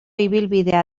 ibilbidea